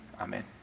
Amen